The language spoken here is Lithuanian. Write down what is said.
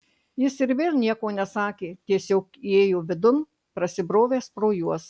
jis ir vėl nieko nesakė tiesiog įėjo vidun prasibrovęs pro juos